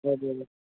हजुर हजुर